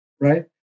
right